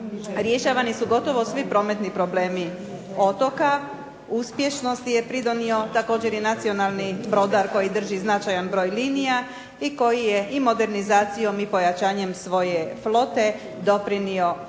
rješavani su gotovo svi prometni problemi otoka. Uspješnosti je pridonio također i nacionalni brodar koji drži značajan broj linija i koji je modernizacijom i pojačanjem svoje flote doprinijeo